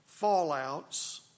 fallouts